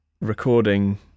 recording